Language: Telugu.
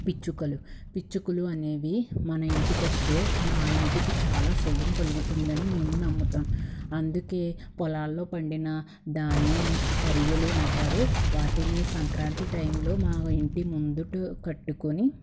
పిచుకలు పిచుకలు అనేవి మన ఇంటికి వస్తే మా ఇంటికి చాలా శుభ కలుగుతుందని మేము నమ్ముతాం అందుకే పొలాల్లో పండిన ధాన్యం పర్యలు అంటారు వాటిని సంక్రాంతి టైంలో మా ఇంటి ముందు కట్టుకొని